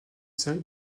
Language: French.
série